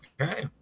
Okay